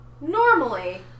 normally